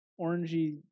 orangey